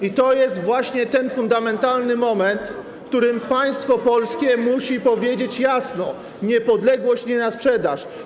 I to jest właśnie ten fundamentalny moment, w którym państwo polskie musi powiedzieć jasno: niepodległość nie na sprzedaż.